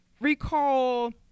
recall